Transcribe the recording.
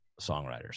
songwriters